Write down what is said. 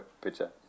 picture